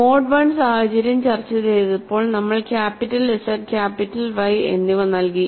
mode I സാഹചര്യം ചർച്ച ചെയ്തപ്പോൾ നമ്മൾ ക്യാപിറ്റൽ ഇസഡ് ക്യാപിറ്റൽ വൈ എന്നിവ നൽകി